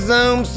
Zoom